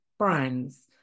brands